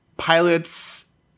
pilots